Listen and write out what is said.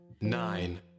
nine